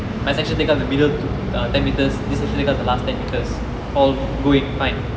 my section take up the middle ten meters this section take up the last ten metres all go in fine